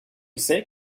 ise